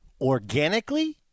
organically